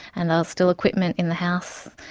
and there was still equipment in the house.